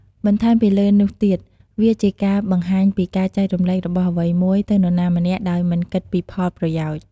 បន្ថែមពីលើនោះទៀត វាជាការបង្ហាញពីការចែករំលែករបស់អ្វីមួយទៅនរណាម្នាក់ដោយមិនគិតពីផលប្រយោជន៍។